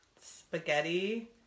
spaghetti